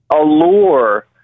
allure